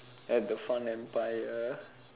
at the fun empire